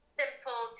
simple